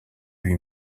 lui